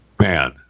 Man